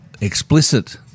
explicit